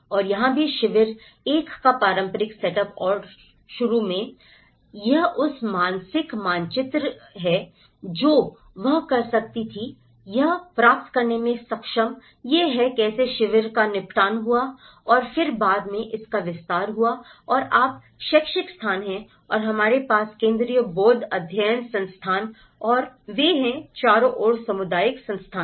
और यहाँ भी शिविर 1 का प्रारंभिक सेटअप और शुरू में यह उस मानसिक मानचित्र से है जो वह कर सकती थी यह प्राप्त करने में सक्षम यह है कि कैसे शिविरों का निपटान हुआ है और फिर बाद में इसका विस्तार हुआ है और आप शैक्षिक स्थान हैं और हमारे पास केंद्रीय बौद्ध अध्ययन संस्थान और वे हैं चारों ओर सामुदायिक स्थान हैं